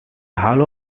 halo